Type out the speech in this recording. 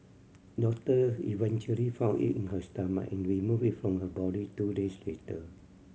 doctor eventually found it in her stomach and removed it from her body two days later